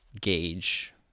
gauge